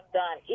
done